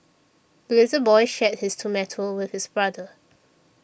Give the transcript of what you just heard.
the little boy shared his tomato with his brother